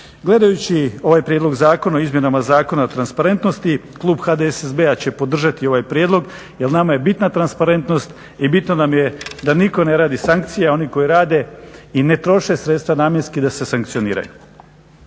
Gledajući ovaj prijedlog Zakona o izmjenama Zakona o transparentnosti klub HDSSB-a će podržati ovaj prijedlog jer nama je bitna transparentnost i bitno nam je da nitko ne radi sankcije a oni koji rade i ne troše sredstva namjenski da se sankcioniraju.